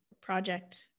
project